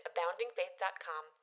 AboundingFaith.com